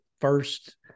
first